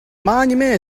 monument